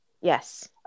yes